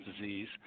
disease